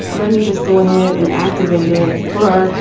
let me just go ahead and activate it for,